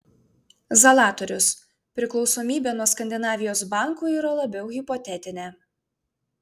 zalatorius priklausomybė nuo skandinavijos bankų yra labiau hipotetinė